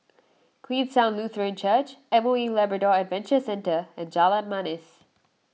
Queenstown Lutheran Church Moe Labrador Adventure Centre and Jalan Manis